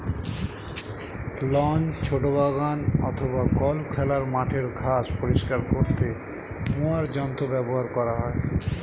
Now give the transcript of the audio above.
loan, ছোট বাগান অথবা গল্ফ খেলার মাঠের ঘাস পরিষ্কার করতে মোয়ার যন্ত্র ব্যবহার করা হয়